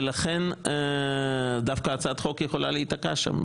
ולכן דווקא הצעת החוק יכולה להיתקע שם.